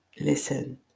Listen